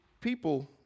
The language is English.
people